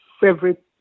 favorite